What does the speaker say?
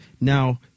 Now